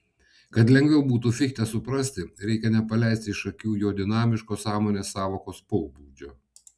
kad lengviau būtų fichtę suprasti reikia nepaleisti iš akių jo dinamiško sąmonės sąvokos pobūdžio